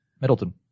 Middleton